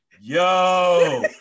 yo